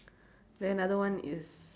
then other one is